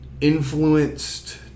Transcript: influenced